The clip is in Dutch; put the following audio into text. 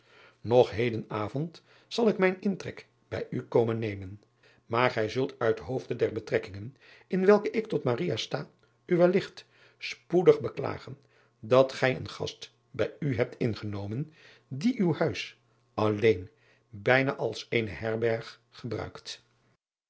og heden avond zal ik mijn intrek bij u komen nemen aar gij zult uit hoofde der betrekkingen in welke ik tot sta u welligt spoedig beklagen dat gij een gast bij u hebt ingenomen die uw huis alleen bijna als eene herberg gebruikt